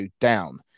down